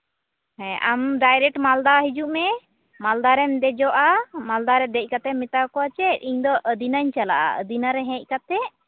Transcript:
ᱦᱮᱸ ᱟᱢ ᱰᱟᱭᱨᱮᱠᱴ ᱢᱟᱞᱫᱟ ᱦᱤᱡᱩᱜ ᱢᱮ ᱢᱟᱞᱫᱟ ᱨᱮᱢ ᱫᱮᱡᱚᱜᱼᱟ ᱢᱟᱞᱫᱟᱨᱮ ᱫᱮᱡ ᱠᱟᱛᱮᱢ ᱢᱮᱛᱟ ᱠᱚᱣᱟᱡᱮ ᱤᱧᱫᱚ ᱟᱹᱫᱤᱱᱟᱧ ᱪᱟᱞᱟᱜᱼᱟ ᱟᱹᱫᱤᱱᱟᱨᱮ ᱦᱮᱡ ᱠᱟᱛᱮᱫ